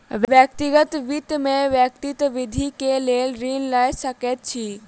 व्यक्तिगत वित्त में व्यक्ति वृद्धि के लेल ऋण लय सकैत अछि